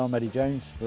um eddie jones